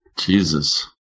Jesus